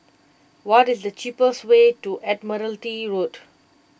what is the cheapest way to Admiralty Road